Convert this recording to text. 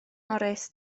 morris